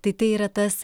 tai tai yra tas